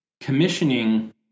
Commissioning